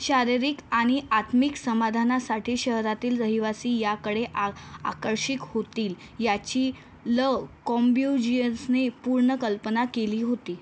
शारीरिक आणि आत्मिक समाधानासाठी शहरातील रहिवासी याकडे आ आकर्षिक होतील याची ल कोंब्यूजीयन्सने पूर्ण कल्पना केली होती